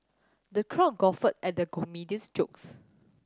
the crowd guffawed at the comedian's jokes